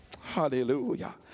Hallelujah